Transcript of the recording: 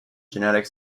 genetic